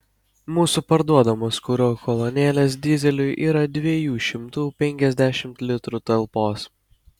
mūsų parduodamos kuro kolonėlės dyzeliui yra dviejų šimtų penkiasdešimt litrų talpos